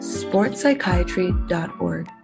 sportspsychiatry.org